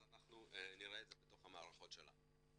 אנחנו נראה את זה בתוך המערכות שלנו.